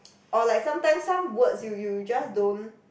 or like sometimes some words you you just don't